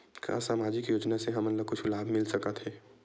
का सामाजिक योजना से हमन ला कुछु लाभ मिल सकत हे?